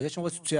ויש עובד סוציאלי.